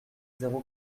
zéro